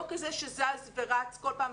לא כזה שזז ורץ כל פעם,